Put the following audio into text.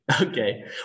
Okay